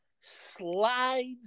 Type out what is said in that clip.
slides